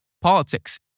politics